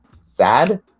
sad